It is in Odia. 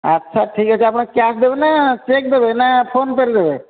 ଆଚ୍ଛା ଠିକ୍ ଅଛି ଆପଣ କ୍ୟାଶ୍ ଦେବେ ନା ଚେକ୍ ଦେବେ ନା ଫୋନ୍ପେରେ ଦେବେ